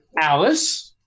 Alice